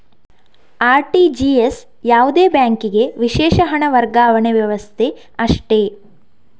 RTGS ಯಾವುದೇ ಬ್ಯಾಂಕಿಗೆ ವಿಶೇಷ ಹಣ ವರ್ಗಾವಣೆ ವ್ಯವಸ್ಥೆ ಅಷ್ಟೇ